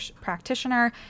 practitioner